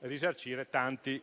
risarcire tanti